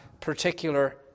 particular